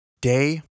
Day